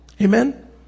Amen